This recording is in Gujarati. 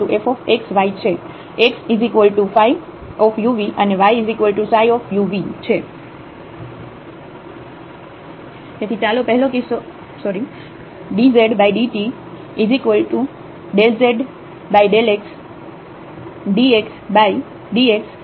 આપણી પાસે સમીકરણ 1 zf x y છે xϕ u v અને yψ u v છે